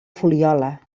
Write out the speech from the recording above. fuliola